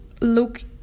look